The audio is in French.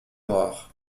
noirs